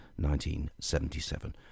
1977